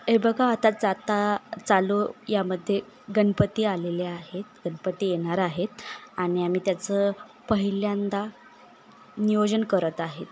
हे बघा आता जाता चालू यामध्ये गणपती आलेले आहेत गणपती येणार आहेत आणि आम्ही त्याचं पहिल्यांदा नियोजन करत आहेत